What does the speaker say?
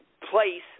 place